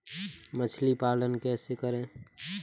मछली पालन कैसे करें?